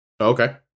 okay